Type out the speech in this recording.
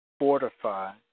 Fortify